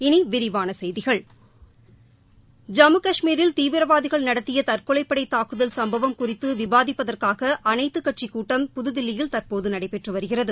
இனி விரிவான செய்திகள் ஜ்ம்மு கஷ்மீரில் தீவிரவாதிகள் நடத்திய தற்கொலைப்படைத் தாக்குதல் சம்பவம் குறித்து விவாதிப்பதற்காக அனைத்துக் கட்சிக் கூட்டம் புதுதில்லியில் தற்போது நடைபெற்று வருகிறது